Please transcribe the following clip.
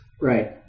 Right